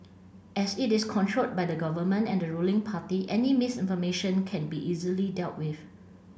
as it is controlled by the Government and the ruling party any misinformation can be easily dealt with